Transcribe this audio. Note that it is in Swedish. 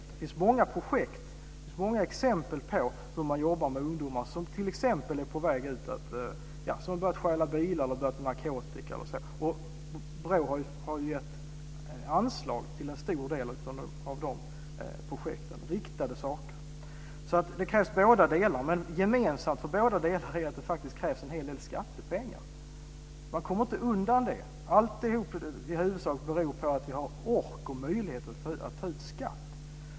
Det finns många projekt, många exempel på hur man jobbar med ungdomar som börjat stjäla bilar eller som börjat med narkotika. BRÅ har gett anslag till en stor del av de projekten, till riktade insatser, så det krävs båda delar. Men gemensamt för båda delar är att det krävs en hel del skattepengar. Man kommer inte undan det. Alltihop beror i huvudsak på att vi har ork och möjlighet att ta ut skatt.